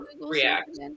react